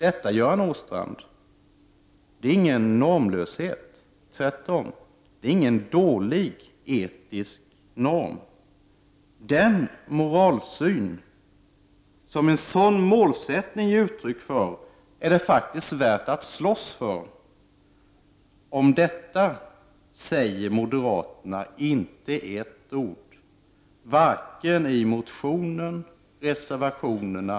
Detta, Göran Åstrand, är ingen normlöshet. Tvärtom. Det är ingen dålig etisk norm. Den moralsyn som en sådan målsättning ger uttryck för är det faktiskt värt att slåss för. Om detta säger moderaterna inte ett ord, varken i motionen eller i reservationerna.